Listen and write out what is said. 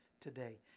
today